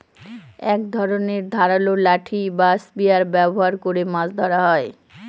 এক ধরনের ধারালো লাঠি বা স্পিয়ার ব্যবহার করে মাছ ধরা হয়